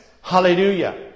Hallelujah